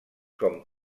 com